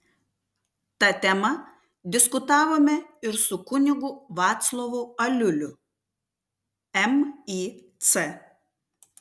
ta tema diskutavome ir su kunigu vaclovu aliuliu mic